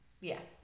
Yes